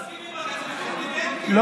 כולם מסכימים, אתם מפחדים מאלקין?